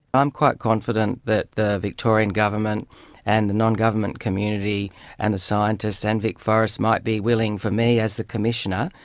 i'm quite confident that the victorian government and the non-government community and the scientists and vicforests might be willing for me, as the commissioner,